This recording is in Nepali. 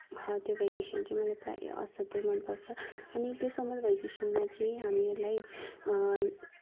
त्यो भ्याकेसन चाहिँ मलाई प्रायः असाध्यै मनपर्छ अनि त्यो समर भ्याकेसनमा चाहिँ हामीहरूलाई